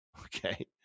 Okay